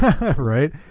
Right